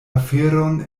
aferon